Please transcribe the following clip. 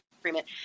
agreement